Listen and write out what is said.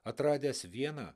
atradęs vieną